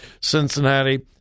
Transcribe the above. Cincinnati